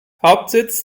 hauptsitz